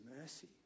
mercy